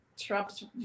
Trump's